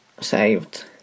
saved